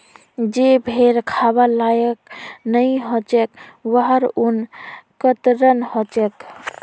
जे भेड़ खबार लायक नई ह छेक वहार ऊन कतरन ह छेक